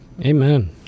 Amen